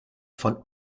von